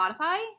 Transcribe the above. Spotify